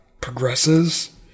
progresses